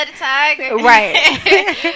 right